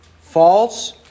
false